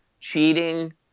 cheating